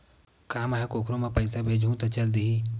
का मै ह कोखरो म पईसा भेजहु त चल देही?